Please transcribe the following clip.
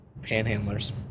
Panhandlers